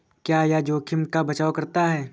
क्या यह जोखिम का बचाओ करता है?